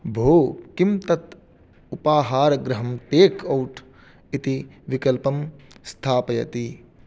भो किं तत् उपाहारगृहं टेक् औट् इति विकल्पं स्थापयति